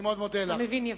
המבין יבין.